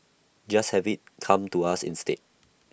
just have IT come to us instead